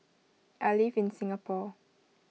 I live in Singapore